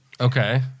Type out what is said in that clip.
Okay